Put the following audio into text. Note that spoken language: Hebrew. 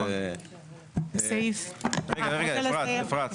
רגע, אפרת,